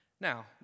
Now